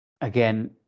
again